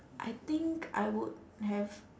I think I would have